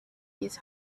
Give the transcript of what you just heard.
his